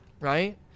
right